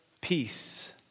peace